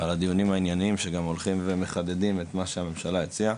על הדיונים הענייניים שגם הולכים ומחדדים את מה שהממשלה הציעה,